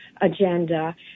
agenda